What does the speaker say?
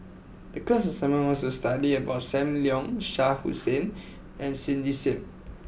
the Class Assignment was to study about Sam Leong Shah Hussain and Cindy Sim